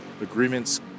agreements